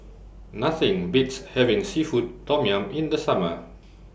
Nothing Beats having Seafood Tom Yum in The Summer